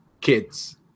kids